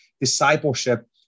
discipleship